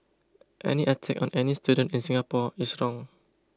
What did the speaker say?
any attack on any student in Singapore is wrong